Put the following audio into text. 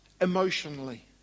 emotionally